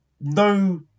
no